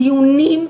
דיונים,